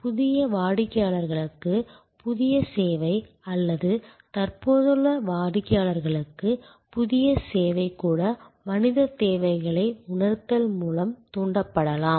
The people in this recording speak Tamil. புதிய வாடிக்கையாளர்களுக்கு புதிய சேவை அல்லது தற்போதுள்ள வாடிக்கையாளருக்கு புதிய சேவை கூட மனித தேவைகளை உணர்தல் மூலம் தூண்டப்படலாம்